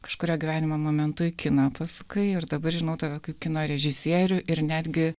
kažkuriuo gyvenimo momentu į kiną pasukai ir dabar žinau tave kaip kino režisierių ir netgi